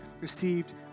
received